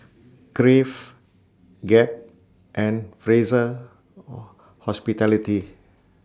Crave Gap and Fraser Hospitality